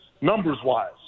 numbers-wise